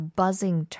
buzzing